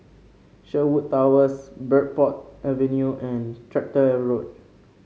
Sherwood Towers Bridport Avenue and Tractor Road